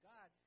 God